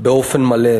באופן מלא.